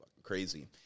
crazy